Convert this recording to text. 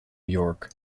york